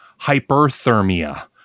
hyperthermia